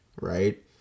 right